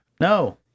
No